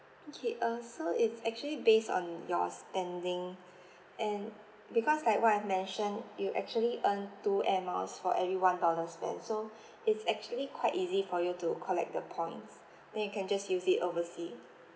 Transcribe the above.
okay uh so it's actually based on your spending and because like what I mentioned you actually earn two air miles for every one dollar spend so it's actually quite easy for you to collect the points then you can just use it overseas